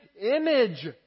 image